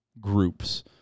groups